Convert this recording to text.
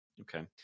Okay